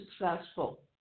successful